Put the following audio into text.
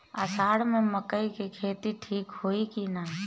अषाढ़ मे मकई के खेती ठीक होई कि ना?